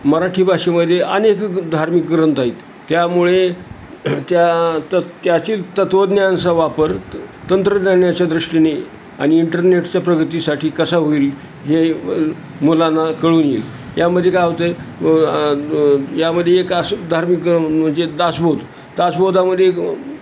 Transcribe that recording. मराठी भाषेमध्ये अनेक धार्मिक ग्रंथ आहेत त्यामुळे त्या त त्याची तत्वज्ञानचा वापर तंत्रज्ञानाच्या दृष्टीने आणि इंटरनेटच्या प्रगतीसाठी कसा होईल हे मुलांना कळून येईल यामध्ये काय होतंय आ यामध्ये एक अस धार्मिक ग्र म्हणजे दासबोध दासबोधामध्ये